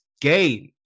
game